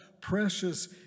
precious